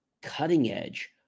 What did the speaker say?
cutting-edge